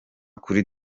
kuri